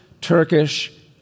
Turkish